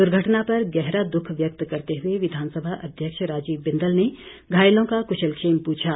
दूर्घटना पर गहरा दूख व्यक्त करते हुए विधानसभा अध्यक्ष राजीव बिंदल ने घायलों का कुशलक्षेम पूछा